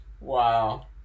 Wow